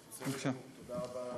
תודה.